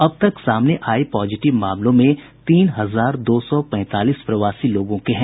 अब तक सामने आये पॉजिटिव मामलों में तीन हजार दो सौ पैंतालीस प्रवासी लोगों के हैं